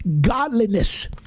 Godliness